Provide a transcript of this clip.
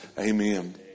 Amen